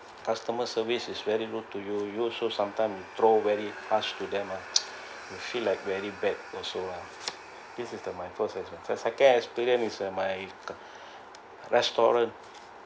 customer service is very rude to you you also sometime throw very harsh to them ah you feel like very bad also lah this is the my first experience the second experience is at my restaurant